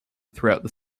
throughout